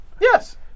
Yes